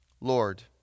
Lord